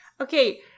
Okay